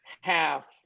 half